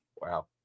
Wow